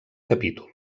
capítol